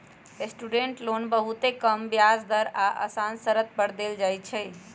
student loan बहुते कम ब्याज दर आऽ असान शरत पर देल जाइ छइ